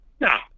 No